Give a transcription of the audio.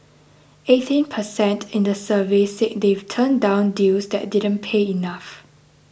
eighteen per cent in the survey said they've turned down deals that didn't pay enough